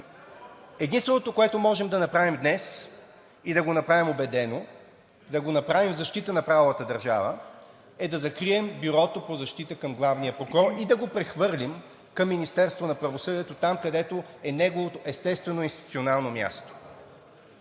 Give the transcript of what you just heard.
Единственото, което можем да направим днес и да го направим убедено, да го направим в защита на правовата държава, е да закрием Бюрото по защита към главния прокурор и да го прехвърлим към Министерството на правосъдието там, където е неготово естествено институционално място.